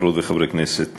חברות וחברי כנסת נכבדים,